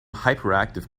hyperactive